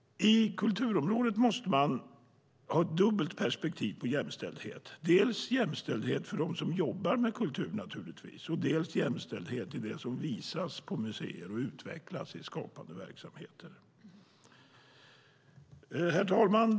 På kulturområdet måste man ha ett dubbelt perspektiv på jämställdhet, dels jämställdhet för dem som arbetar med kultur naturligtvis, dels jämställdhet i det som visas på museer och utvecklas i skapande verksamhet. Herr talman!